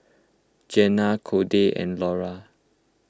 Gena Codey and Lora